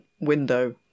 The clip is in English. window